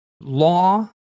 law